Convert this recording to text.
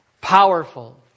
powerful